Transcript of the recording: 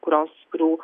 kurios kurių